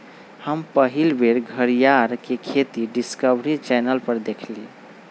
हम पहिल बेर घरीयार के खेती डिस्कवरी चैनल पर देखली